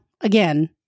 Again